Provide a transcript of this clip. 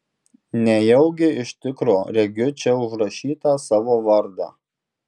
nejaugi iš tikro regiu čia užrašytą savo vardą